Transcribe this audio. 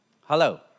Hello